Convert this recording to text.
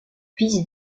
fils